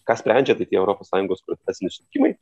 kas sprendžia tai tie europos sąjungos profesiniai susitikimai